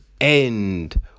end